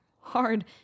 hard